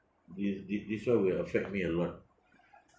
thi~ thi~ this one will affect me a lot